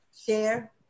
share